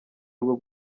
rwo